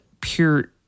pure